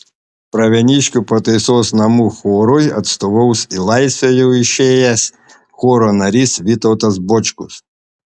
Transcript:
pravieniškių pataisos namų chorui atstovaus į laisvę jau išėjęs choro narys vytautas bočkus